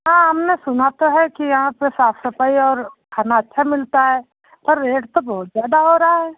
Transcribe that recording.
हाँ हमने सुना तो है कि यहाँ पर साफ सफाई और खाना अच्छा मिलता है पर रेट तो बहुत ज़्यादा हो रहा है